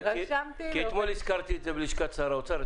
כי אתמול הזכרתי את זה בלשכת שר האוצר,